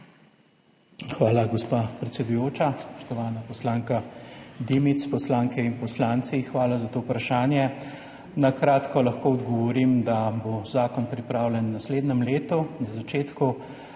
Hvala, gospa predsedujoča. Spoštovana poslanka Dimic, poslanke in poslanci! Hvala za to vprašanje. Na kratko lahko odgovorim, da bo zakon pripravljen v naslednjem letu, na začetku.